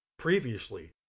Previously